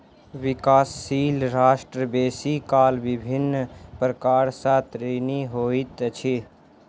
विकासशील राष्ट्र बेसी काल विभिन्न प्रकार सँ ऋणी होइत अछि